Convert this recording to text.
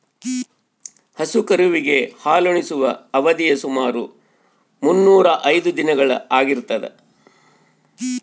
ಹಸು ಕರುವಿಗೆ ಹಾಲುಣಿಸುವ ಅವಧಿಯು ಸುಮಾರು ಮುನ್ನೂರಾ ಐದು ದಿನಗಳು ಆಗಿರ್ತದ